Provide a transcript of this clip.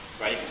right